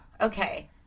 Okay